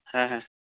ᱦᱮᱸ ᱦᱮᱸ